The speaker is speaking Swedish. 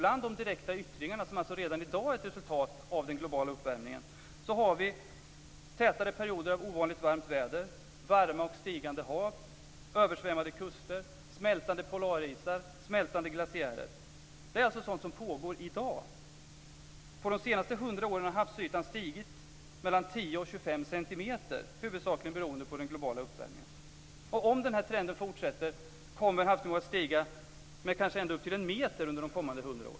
Bland de direkta yttringarna, som alltså redan i dag är ett resultat av den globala uppvärmningen, har vi tätare perioder av ovanligt varmt väder, varma och stigande hav, översvämmade kuster, smältande polarisar och smältande glaciärer. Det är alltså sådant som pågår i dag.